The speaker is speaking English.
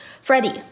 Freddie